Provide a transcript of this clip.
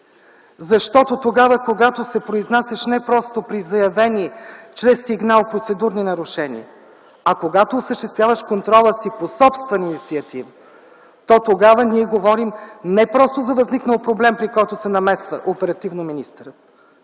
Защото тогава, когато се произнасяш не просто при заявени чрез сигнал процедурни нарушения, а когато осъществяваш контрола си по собствена инициатива, то тогава ние говорим не просто за възникнал проблем, при който се намесва